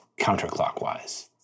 counterclockwise